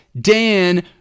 Dan